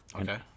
okay